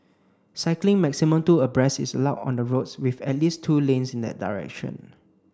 cycling maximum two abreast is allowed on the roads with at least two lanes in that direction